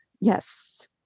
Yes